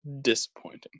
Disappointing